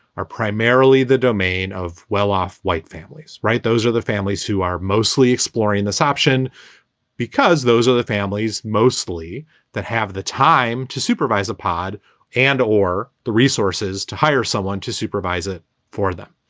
are primarily the domain of well-off white families. right. those are the families who are mostly exploring this option because those are the families mostly that have the time to supervise a pod and or the resources to hire someone to supervise it for them.